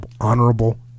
honorable